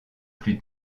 plus